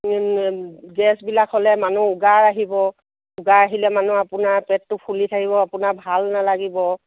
গেছবিলাক হ'লে মানুহ উগাৰ আহিব উগাৰ আহিলে মানুহ আপোনাৰ পেটটো ফুলি থাকিব আপোনাৰ ভাল নালাগিব